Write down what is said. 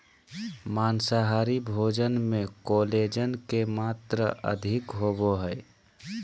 माँसाहारी भोजन मे कोलेजन के मात्र अधिक होवो हय